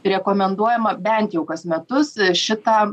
rekomenduojama bent jau kas metus šitą